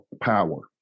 power